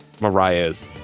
Mariah's